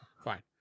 Fine